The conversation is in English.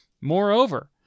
Moreover